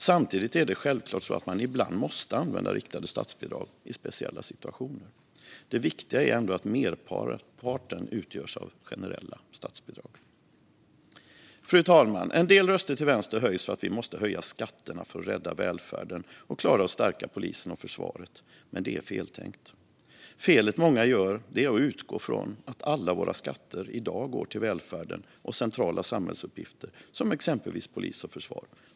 Samtidigt är det självklart så att man ibland måste använda riktade statsbidrag i speciella situationer. Det viktiga är ändå att merparten utgörs av generella statsbidrag. Fru talman! En del röster till vänster höjs för att vi måste höja skatterna för att rädda välfärden och klara att stärka polisen och försvaret. Men det är feltänkt. Felet många gör är att utgå från att alla våra skatter går till välfärden och centrala samhällsuppgifter som exempelvis polis och försvar.